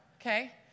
okay